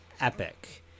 epic